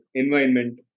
environment